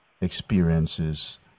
experiences